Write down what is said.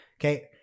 Okay